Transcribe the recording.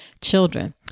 children